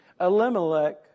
Elimelech